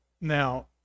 now